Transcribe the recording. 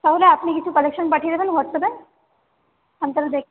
তাহলে আপনি কিছু কালেকশন পাঠিয়ে দেবেন হোয়াটসঅ্যাপে আমি তাহলে দেখে